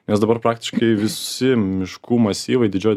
nes dabar praktiškai visi miškų masyvai didžioji